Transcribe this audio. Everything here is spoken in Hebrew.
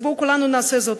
אז בואו כולנו נעשה זאת.